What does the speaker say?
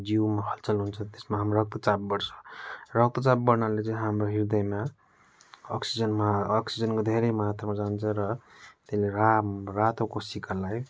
जिउमा हलचल हुन्छ त्यसमा हाम्रो रक्तचाप बड्छ रक्तचाप बड्नाले चाहिँ हाम्रो हृदयमा अक्सिजनमा अक्सिजनको धेरै मात्रामा जान्छ र त्यसले राम रातो कोषिकालाई